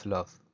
Love